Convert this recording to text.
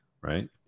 right